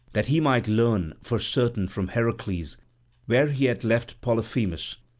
that he might learn for certain from heracles where he had left polyphemus,